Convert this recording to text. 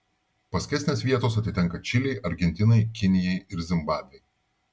paskesnės vietos atitenka čilei argentinai kinijai ir zimbabvei